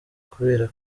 kubera